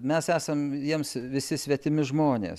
mes esam jiems visi svetimi žmonės